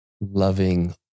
loving